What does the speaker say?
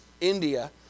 India